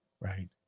Right